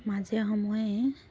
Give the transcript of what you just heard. মাজে সময়ে